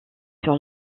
sur